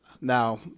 now